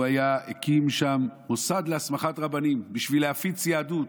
הוא הקים שם מוסד להסמכת רבנים בשביל להפיץ יהדות,